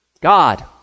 God